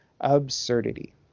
absurdity